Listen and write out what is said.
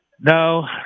No